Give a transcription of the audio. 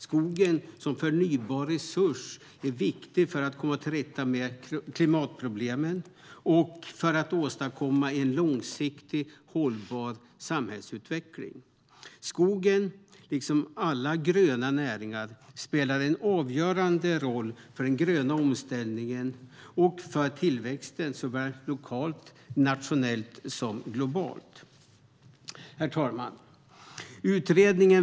Skogen som förnybar resurs är viktig för att komma till rätta med klimatproblemen och för att åstadkomma en långsiktigt hållbar samhällsutveckling. Skogen, liksom alla gröna näringar, spelar en avgörande roll för den gröna omställningen och för tillväxten såväl lokalt och nationellt som globalt. Herr talman!